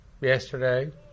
yesterday